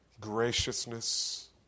graciousness